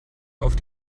auf